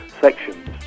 sections